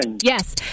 Yes